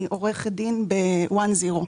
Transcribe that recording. אני עורכת דין בone-ziro-.